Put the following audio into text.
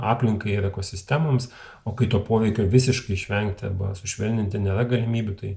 aplinkai ir ekosistemoms o kai to poveikio visiškai išvengti arba sušvelninti nėra galimybių tai